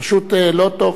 פשוט לא טוב.